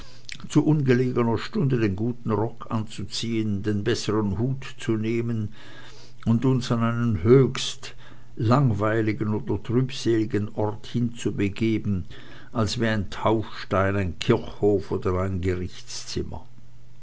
zu ungelegener stunde den guten rock anzuziehen den bessern hut zu nehmen und uns an einen höchst langweiligen oder trübseligen ort hinzubegeben als wie ein taufstein ein kirchhof oder ein